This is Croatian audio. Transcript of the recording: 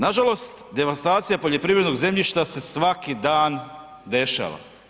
Nažalost, devastacija poljoprivrednog zemljišta se svaki dan dešava.